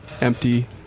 empty